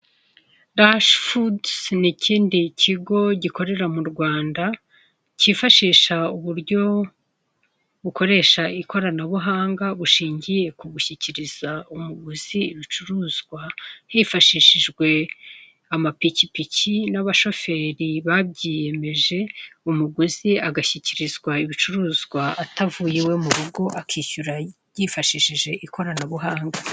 Rush foods ni ikindi kigo gikorera mu Rwanda cyifashisha uburyo bukoresha ikoranabuhanga bushingiye ku gushyikiriza umuguzi ibicuruzwa hifashishijwe amapikipiki n'abashoferi babyiyemeje, umuguzi agashyikirizwa ibicuruzwa atavuye iwe mu rugo, akishyura yifashishije ikoranabuhanga.